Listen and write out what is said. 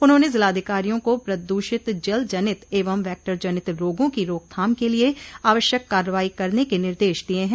उन्होंने जिलाधिकारियों को प्रद्रषित जलजनित एवं वैक्टर जनित रोगों की रोकथाम के लिये आवश्यक कार्रवाई करने के निर्देश दिये हैं